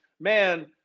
man